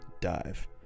Dive